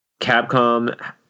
Capcom